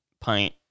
pint